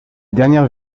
dernière